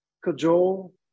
cajole